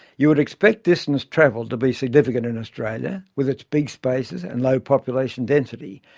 you would expect distance travelled to be significant in australia, with its big spaces and low population density,